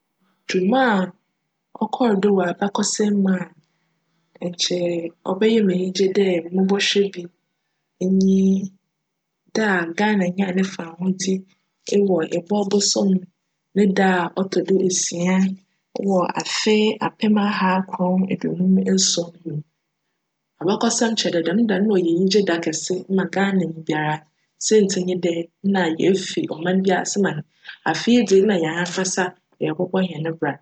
Dwuma a ckcr do wc abakcsjm mu a nkyj cbjyj me enyigye dj mobchwj bi nye da Ghana nyaa ne fahodzi wc Ebcw bosoom ne da a ctc do esia wc afe apem aha akron eduonum esuon mu. Abakcsjm kyerj dj, djm da no nna cyj enyigye da kjse ma Ghananyi biara siantsir nye dj, nna yefi cman bi ase ma afe yi dze hjn ankasa yjrobcbc hjn bra.